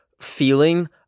feeling